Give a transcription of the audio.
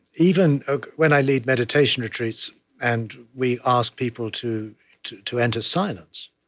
even when i lead meditation retreats and we ask people to to enter silence,